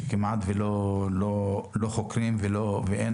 שכמעט ובכלל לא חוקרים, שאין